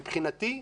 מבחינתי,